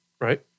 right